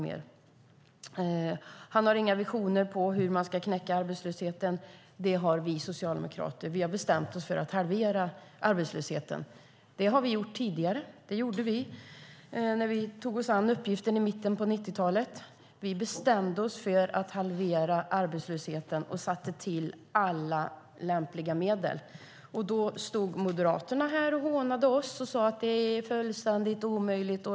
Anders Borg har inga visioner om hur man ska knäcka arbetslösheten. Det har vi socialdemokrater. Vi har bestämt oss för att halvera arbetslösheten. Det har vi gjort tidigare. Det gjorde vi när vi tog oss an uppgiften i mitten av 90-talet. Vi bestämde oss för att halvera arbetslösheten och satte till alla lämpliga medel. Då stod Moderaterna här och hånade oss och sade att det är fullständigt omöjligt.